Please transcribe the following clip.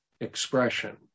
expression